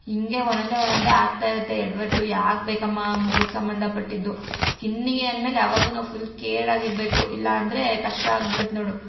ಹೀಗೆ ಒಂದೊಂದೆ ಒಂದೊಂದೆ ಆಗ್ತಾಯಿರುತ್ತೆ ಎಡವಟ್ಟು ಯಾಕೆ ಬೇಕಮ್ಮ ಮುಖಕ್ಕೆ ಸಂಬಂಧಪಟ್ಟಿದ್ದು ಸ್ಕಿನ್ನಿಗೆ ಅಂದ್ಮೇಲೆ ಯಾವಾಗು ಫುಲ್ ಕೇರಾಗಿ ಇರಬೇಕು ಇಲ್ಲ ಅಂದರೆ ಕಷ್ಟ ಆಗ್ಬಿಡತ್ತೆ ನೋಡು